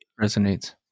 resonates